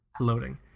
loading